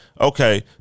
Okay